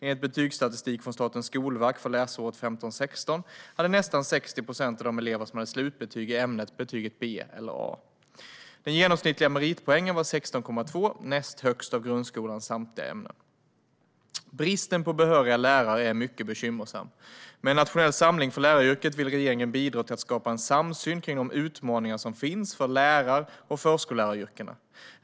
Enligt betygsstatistik från Statens skolverk för läsåret 2015/16 hade nästan 60 procent av de elever som hade slutbetyg i ämnet betyget B eller A. Den genomsnittliga meritpoängen var 16,2; näst högst av grundskolans samtliga ämnen. Bristen på behöriga lärare är mycket bekymmersam. Med en nationell samling för läraryrket vill regeringen bidra till att skapa en samsyn kring de utmaningar som finns för lärar och förskolläraryrkena.